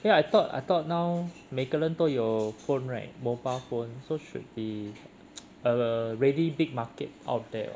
eh I thought I thought now 每个人都有 phone right mobile phone so should be uh a really big market out there